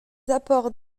apports